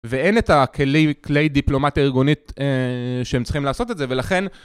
ואין את כלי דיפלומטיה הארגונית שהם צריכים לעשות את זה, ולכן...